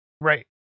Right